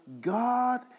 God